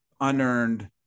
unearned